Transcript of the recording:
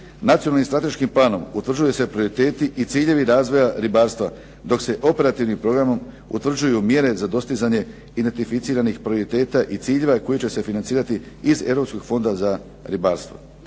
Nacionalnim i strateškim planom utvrđuju se prioriteti i ciljevi razvoja ribarstva, dok se operativnim programom utvrđuju mjere za dostizanje identificiranih ... i ciljeva koji će se financirati iz Europskog fonda za ribarstvo.